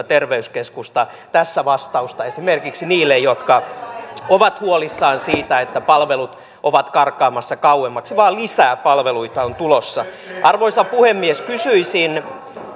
terveyskeskusta tässä vastausta esimerkiksi niille jotka ovat huolissaan siitä että palvelut ovat karkaamassa kauemmaksi lisää palveluita on tulossa arvoisa puhemies kysyisin